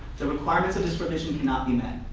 the requirements of this provision cannot be met.